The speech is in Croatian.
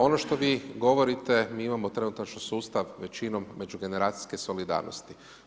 Ono što vi govorite, mi imamo trenutačno sustav većinom međugeneracijske solidarnosti.